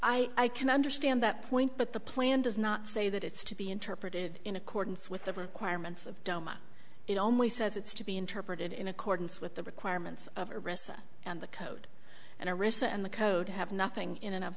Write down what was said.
i i can understand that point but the plan does not say that it's to be interpreted in accordance with the requirements of doma it only says it's to be interpreted in accordance with the requirements of a recess and the code and a recess and the code have nothing in and o